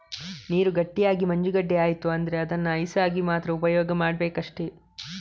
ನೀರು ಗಟ್ಟಿಯಾಗಿ ಮಂಜುಗಡ್ಡೆ ಆಯ್ತು ಅಂದ್ರೆ ಅದನ್ನ ಐಸ್ ಆಗಿ ಮಾತ್ರ ಉಪಯೋಗ ಮಾಡ್ಬೇಕಷ್ಟೆ